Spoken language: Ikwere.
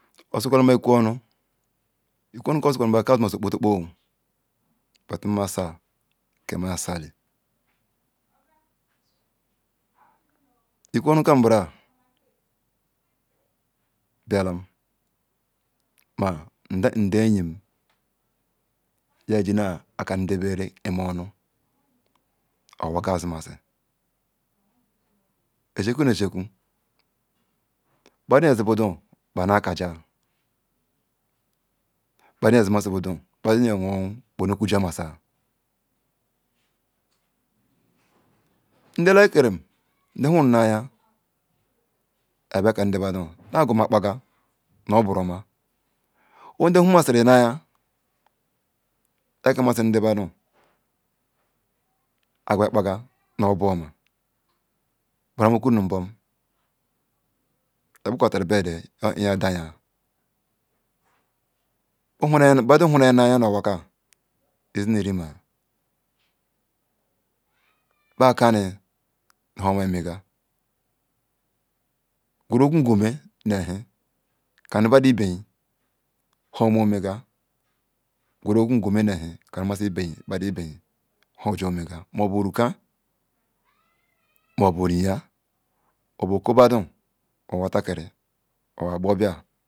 Osi kawete ma ikwu onu Ikwu onu ka osi kawuru zi Ogbo to ogbo w ma sa ki ma sale Ikwu onu ka mbara bia lam Ma nda nde enyim eji na Kalama nde bere nu mu un owaka azi masi Nezikwu nezikwu badu yesi budu bai na kaja badu yesi masi budu Badu ye oyor wu orwu na na ku ja masi Nde wuru laya ya bia kalun nde bad u le agwa ma ma kpaga nu Oburu oma, owerew nde wuru ni laya na kalun nde badu agwe kpagu nu ya bu oma, buru ha mu kiru imbum nibgkro bed atore yi oniya diayah Badu hu liaya nu eluwa ka izi nu re ma ba ka ni homa yi mega Guru ogu gome nihi kalum budu ibk oma oya, guru masi ogu gome mbi kalum badu ibi hoju oga, mabu ruka mabu riya, mabu watakin mabu okubadu